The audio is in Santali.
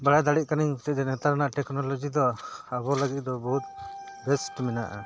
ᱵᱟᱲᱟᱭ ᱫᱟᱲᱮᱭᱟᱜ ᱠᱟᱱᱟᱹᱧ ᱱᱮᱛᱟᱨ ᱨᱮᱱᱟᱜ ᱴᱮᱠᱱᱳᱞᱚᱡᱤ ᱫᱚ ᱟᱵᱚ ᱞᱟᱹᱜᱤᱫ ᱫᱚ ᱵᱚᱦᱩᱛ ᱵᱮᱥᱴ ᱢᱮᱱᱟᱜᱼᱟ